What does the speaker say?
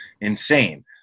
Insane